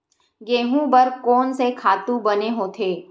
गेहूं बर कोन से खातु बने होथे?